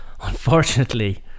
Unfortunately